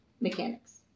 Mechanics